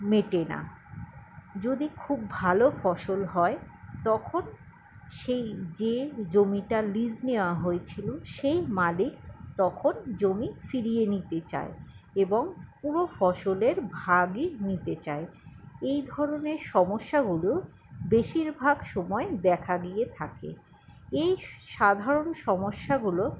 মেটে না যদি খুব ভালো ফসল হয় তখন সেই যে জমিটা লিজ নেওয়া হয়েছিলো সেই মালিক তখন জমি ফিরিয়ে নিতে চায় এবং পুরো ফসলের ভাগই নিতে চায় এই ধরণের সমস্যাগুলো বেশিরভাগ সময় দেখা দিয়ে থাকে এই সাধারণ সমস্যাগুলো